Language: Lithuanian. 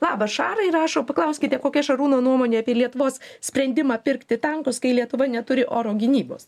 labas šarai rašo paklauskite kokia šarūno nuomonė apie lietuvos sprendimą pirkti tankus kai lietuva neturi oro gynybos